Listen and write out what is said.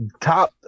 top –